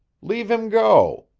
leave him go.